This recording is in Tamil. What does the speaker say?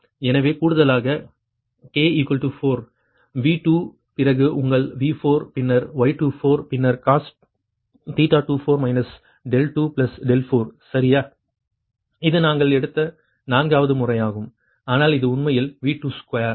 எனவே கூடுதலாக k 4 V2 பிறகு உங்கள் V4 பின்னர் Y24 பின்னர் cos 24 24 சரியா இது நாங்கள் எடுத்த நான்காவது முறையாகும் ஆனால் இது உண்மையில் V2 ஸ்கொயர்